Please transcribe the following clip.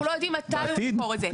אנחנו לא יודעים מתי הוא ימכור את זה.